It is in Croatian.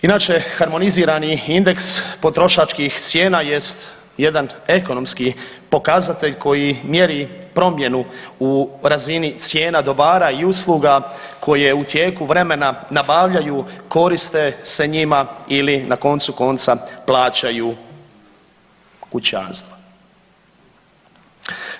Inače harmonizirani indeks potrošačkih cijena jest jedan ekonomski pokazatelj koji mjeri promjenu u razini cijena dobara i usluga koje u tijeku vremena nabavljaju, koriste se njima ili na koncu konca plaćaju kućanstva.